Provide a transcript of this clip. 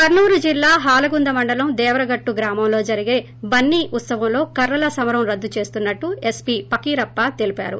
కర్నూలు జిల్లా హాలగుంద మండలం దేవరగట్టు గ్రామంలో జరిగే బన్నీ ఉత్సవంలో కర్రల సమరం రద్దు చేస్తున్నట్లు ఎస్ పి పకీరప్ప తెలీపారు